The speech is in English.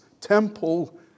temple